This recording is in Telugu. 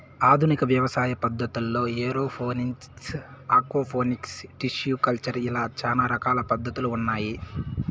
ఆధునిక వ్యవసాయ పద్ధతుల్లో ఏరోఫోనిక్స్, ఆక్వాపోనిక్స్, టిష్యు కల్చర్ ఇలా చానా రకాల పద్ధతులు ఉన్నాయి